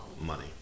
money